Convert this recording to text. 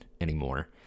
anymore